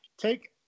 take